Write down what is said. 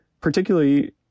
particularly